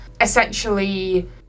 essentially